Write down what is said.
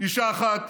אישה אחת